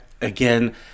again